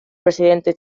presidente